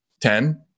Ten